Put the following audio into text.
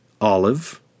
olive